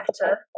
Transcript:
better